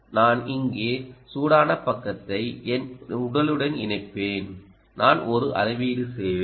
நான் இங்கே சூடான பக்கத்தை என் உடலுடன் இணைப்பேன் நான் ஒரு அளவீடு செய்வேன்